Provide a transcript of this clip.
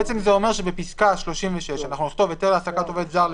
זה אומר שבפסקה (36) אנחנו נכתוב: היתר להעסקת עובד זר,